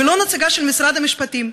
ולא נציגה של משרד המשפטים.